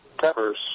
Peppers